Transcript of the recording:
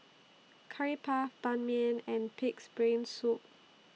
Curry Puff Ban Mian and Pig'S Brain Soup